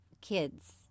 kids